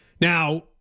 now